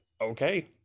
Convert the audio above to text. okay